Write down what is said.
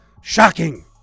shocking